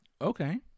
Okay